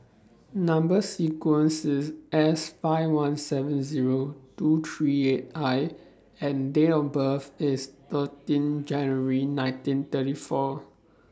Number sequence IS S five one seven Zero two three eight I and Date of birth IS thirteen January nineteen thirty four